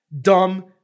dumb